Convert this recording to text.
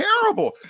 terrible